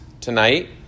tonight